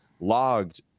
logged